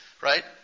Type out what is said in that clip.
right